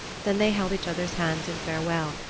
then they held each other's hands in farewell,